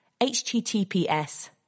HTTPS